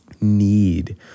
need